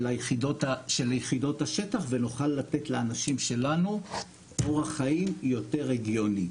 יחידות השטח ונוכל לתת לאנשים שלנו אורח חיים יותר הגיוני.